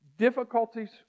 difficulties